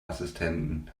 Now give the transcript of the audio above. assistenten